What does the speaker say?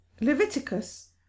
Leviticus